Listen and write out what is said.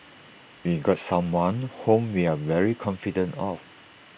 we got someone whom we are very confident of